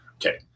Okay